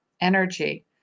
energy